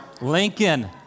Lincoln